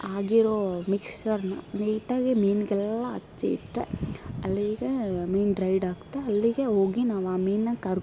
ಆಗಿರೋ ಮಿಕ್ಸ್ಚರ್ನಾ ನೀಟಾಗಿ ಮೀನಗೆಲ್ಲ ಹಚ್ಚಿ ಇಟ್ಟರೆ ಅಲ್ಲಿಗೆ ಮೀನು ಡ್ರೈಡ್ ಆಗುತ್ತೆ ಅಲ್ಲಿಗೆ ಹೋಗಿ ನಾವು ಆ ಮೀನನ್ನ ಕರಿ